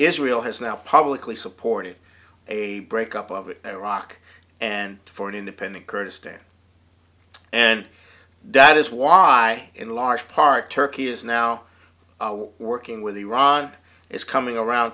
israel has now publicly supported a break up of it iraq and for an independent kurdistan and that is why in large part turkey is now working with iran is coming around